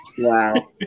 Wow